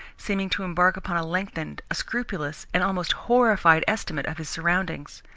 seeming to embark upon a lengthened, a scrupulous, an almost horrified estimate of his surroundings.